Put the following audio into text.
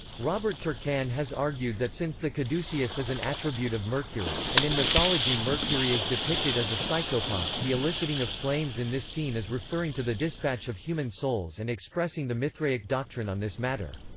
robert turcan has argued that since the caduceus is an attribute of mercury, and in mythology mercury is depicted as a psychopomp, the eliciting of flames in this scene is referring to the dispatch of human souls and expressing the mithraic doctrine on this matter.